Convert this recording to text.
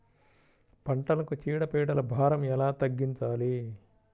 పంటలకు చీడ పీడల భారం ఎలా తగ్గించాలి?